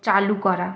চালু করা